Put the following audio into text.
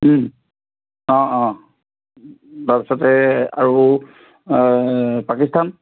অঁ অঁ তাৰপিছতে আৰু পাকিস্তান